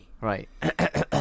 Right